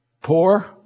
poor